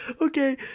Okay